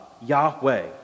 Yahweh